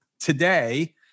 today